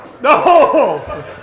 No